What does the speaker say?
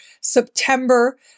September